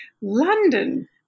London